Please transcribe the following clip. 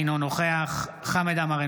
אינו נוכח חמד עמאר,